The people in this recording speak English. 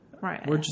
Right